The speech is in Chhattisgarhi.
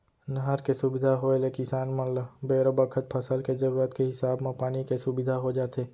नहर के सुबिधा होय ले किसान मन ल बेरा बखत फसल के जरूरत के हिसाब म पानी के सुबिधा हो जाथे